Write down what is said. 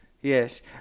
Yes